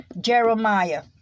Jeremiah